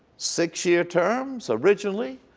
six year terms originally,